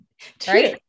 True